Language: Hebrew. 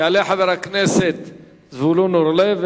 יעלה חבר הכנסת זבולון אורלב,